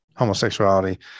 homosexuality